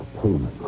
payment